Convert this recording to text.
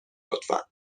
لطفا